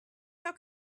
how